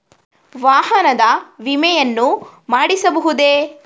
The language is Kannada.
ವಾಹನದ ವಿಮೆಯನ್ನು ಮಾಡಿಸಬಹುದೇ?